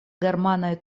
germanaj